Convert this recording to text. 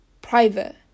Private